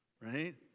right